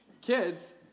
Kids